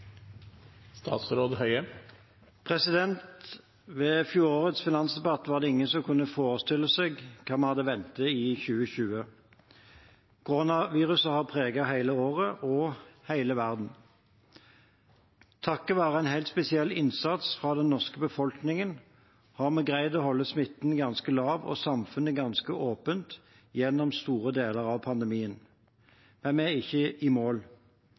Ved fjorårets finansdebatt var det ingen som kunne forestille seg hva vi hadde i vente i 2020. Koronaviruset har preget hele året og hele verden. Takket være en helt spesiell innsats fra den norske befolkningen har vi greid å holde smitten ganske lav og samfunnet ganske åpent gjennom store deler av pandemien. Men vi er ikke i mål.